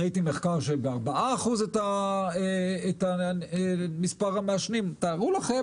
ראיתי מחקר שהראה ירידה של 4%. תארו לכם